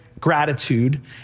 gratitude